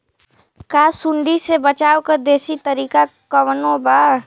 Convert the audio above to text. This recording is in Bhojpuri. का सूंडी से बचाव क देशी तरीका कवनो बा?